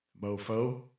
Mofo